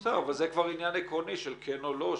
בסדר, זה כבר עניין עקרוני של כן או לא.